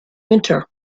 winter